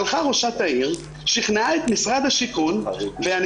הלכה ראשת העיר ושכנעה את משרד השיכון ואני